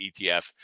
ETF